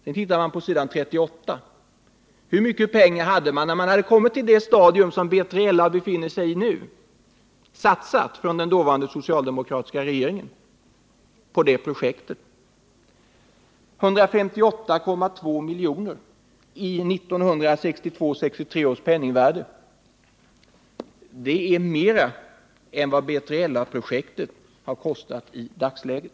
Sedan tittar man på s. 38. Hur mycket pengar hade, då man kommit till det stadium B3LA befinner sig i nu, den socialdemokratiska regeringen satsat på det projektet? Jo, 158,2 milj.kr. i 1962-1963 års penningvärde. Det är mer än B3LA-projektet har kostat i dagsläget.